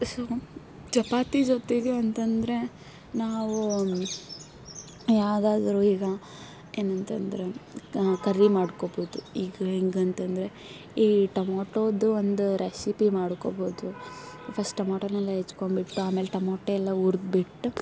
so chapati ಜೊತೆಗೆ ಅಂತ ಅಂದ್ರೆ ನಾವು ಯಾವುದಾದ್ರೂ ಈಗ ಏನಂತ ಅಂದ್ರೆ ಕರ್ರಿ ಮಾಡ್ಕೊಳ್ಬೋದು ಈಗ ಹೆಂಗಂತ ಅಂದ್ರೆ ಈ ಟೊಮೊಟೋದು ಒಂದು ರೆಶಿಪಿ ಮಾಡ್ಕೊಳ್ಬೋದು ಫಸ್ಟ್ ಟೊಮೊಟೋನೆಲ್ಲ ಹೆಚ್ಕೊಂಡ್ಬಿಟ್ಟು ಆಮೇಲೆ ಟೊಮೋಟೊ ಎಲ್ಲ ಹುರಿದ್ಬಿಟ್ಟ